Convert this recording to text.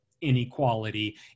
inequality